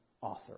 author